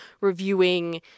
reviewing